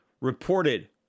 reported